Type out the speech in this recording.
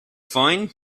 thought